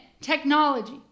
technology